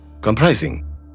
comprising